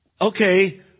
okay